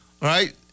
right